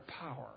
power